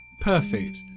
perfect